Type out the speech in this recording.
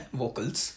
vocals